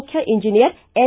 ಮುಖ್ಯ engineer N